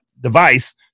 device